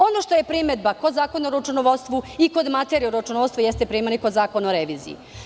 Ono što je primedba kod Zakona o računovodstvu i kod materije o računovodstvu jeste i kod primene Zakona o reviziji.